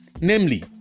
namely